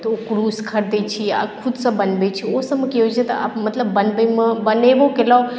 तऽ क्रुश खरिदैत छी आ खुदसँ बनबैत छी ओहिसभमे की होइत छै तऽ मतलब बनबयमे बनेबो केलहुँ